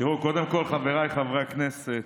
אדוני היושב-ראש,